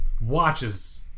Watches